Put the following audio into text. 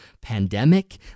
pandemic